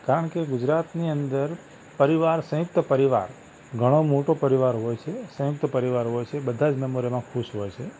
કારણ કે ગુજરાતની અંદર પરિવાર સંયુક્ત પરિવાર ઘણો મોટો પરિવાર હોય છે સંયુક્ત પરિવાર હોય છે બધાં જ મૅમ્બર એમાં ખુશ હોય છે